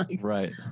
right